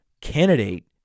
candidate